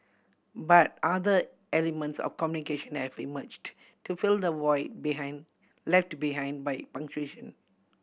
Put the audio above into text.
but other elements of communication have emerged to fill the void behind left behind by punctuation